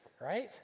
right